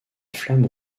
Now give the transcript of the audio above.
flamme